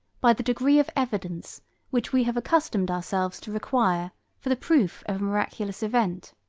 by the degree of evidence which we have accustomed ourselves to require for the proof of miraculous event.